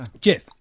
jeff